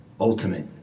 ultimate